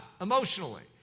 emotionally